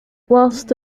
whilst